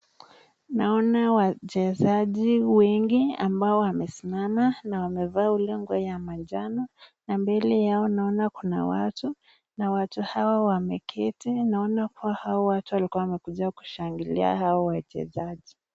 Naona wachezaji wengi ambao wamesimama, na wamevaa ule nguo ya majano na mbele yao naona kuna watu, na watu hawa wameketi. Naona kuwa hawa watu walikuwa wamekuja kushangilia hawa wachezaji.